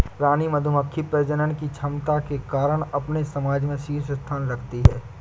रानी मधुमक्खी प्रजनन की क्षमता के कारण अपने समाज में शीर्ष स्थान रखती है